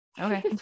Okay